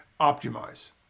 Optimize